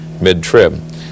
mid-trib